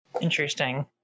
Interesting